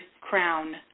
crown